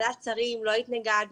בוועדת שרים לא התנגדנו,